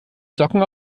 socken